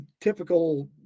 typical